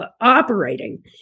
operating